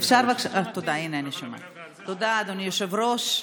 תודה, אדוני היושב-ראש.